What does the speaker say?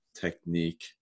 technique